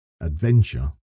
adventure